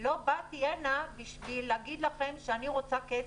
באתי הנה בשביל להגיד לכם שאני רוצה כסף.